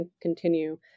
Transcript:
continue